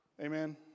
Amen